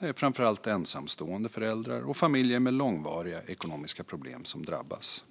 Det är framför allt ensamstående föräldrar och familjer med långvariga ekonomiska problem som drabbas.